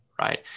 right